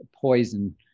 poison